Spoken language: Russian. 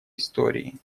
истории